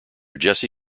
jesse